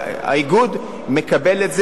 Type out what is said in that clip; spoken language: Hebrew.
האיגוד מקבל את זה,